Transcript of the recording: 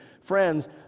Friends